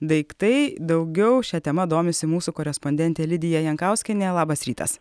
daiktai daugiau šia tema domisi mūsų korespondentė lidija jankauskienė labas rytas